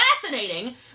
Fascinating